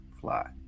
Fly